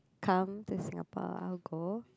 come to Singapore I'll go